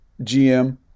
GM